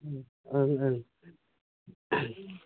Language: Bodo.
ओं ओं